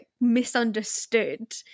misunderstood